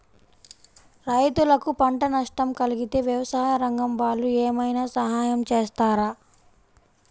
రైతులకు పంట నష్టం కలిగితే వ్యవసాయ రంగం వాళ్ళు ఏమైనా సహాయం చేస్తారా?